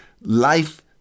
life